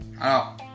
Alors